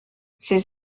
ses